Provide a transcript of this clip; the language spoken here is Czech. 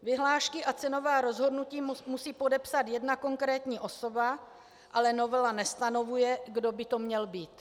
Vyhlášky a cenová rozhodnutí musí podepsat jedna konkrétní osoba, ale novela nestanovuje, kdo by to měl být.